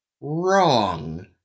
wrong